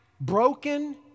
broken